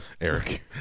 Eric